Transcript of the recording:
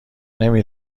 نمی